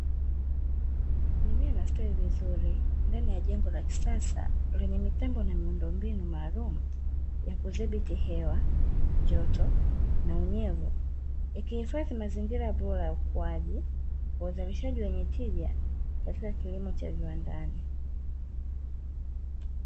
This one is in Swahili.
Mimea inastawi vizuri ndani ya jengo la kisasa lenye mitambo na miundombinu maalumu ya kudhibiti hewa, joto na unyevu, ikihifadhi mazingira bora ya ukuaji kwa uzalishaji wenye tija katika kilimo cha viwandani.